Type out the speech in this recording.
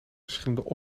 verschillende